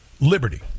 Liberty